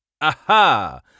Aha